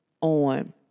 on